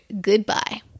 Goodbye